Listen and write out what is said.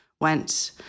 went